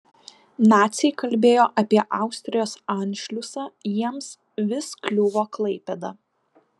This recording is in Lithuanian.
naciai kalbėjo apie austrijos anšliusą jiems vis kliuvo klaipėda